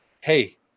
Hey